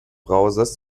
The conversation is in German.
browsers